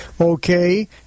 Okay